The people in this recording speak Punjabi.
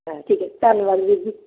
ਹਾਂ ਠੀਕ ਹੈ ਧੰਨਵਾਦ ਵੀਰ ਜੀ